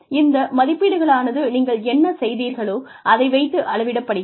இந்த மதிப்பீடுகளானது நீங்கள் என்ன செய்தீர்களோ அதை வைத்து அளவிடப்படுகிறது